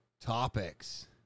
topics